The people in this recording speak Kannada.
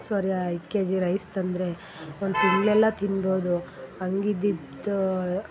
ಸಾರಿ ಐದು ಕೆಜಿ ರೈಸ್ ತಂದರೆ ಒಂದು ತಿಂಗಳೆಲ್ಲ ತಿನ್ಬೋದು ಹಂಗಿದ್ದಿದ್ದ